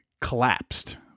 collapsed